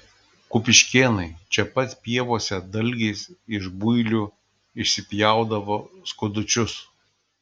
kupiškėnai čia pat pievose dalgiais iš builių išsipjaudavo skudučius